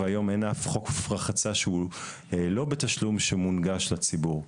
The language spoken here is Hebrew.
והיום אין אף חוף רחצה שהוא לא בתשלום שמונגש לציבור.